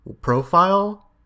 profile